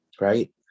right